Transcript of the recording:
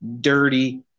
dirty